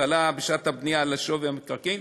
עלה בשעת הבנייה על השווי של המקרקעין,